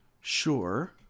Sure